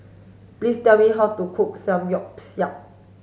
please tell me how to cook Samgyeopsal